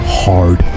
hard